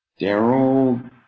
Daryl